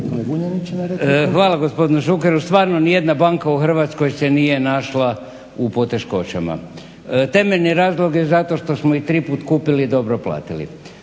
Hvala gospodinu Šukeru stvarno nijedna banka u Hrvatskoj se nije našla u poteškoćama. Temeljni razlog je zato što smo ih 3 puta kupili i dobro platili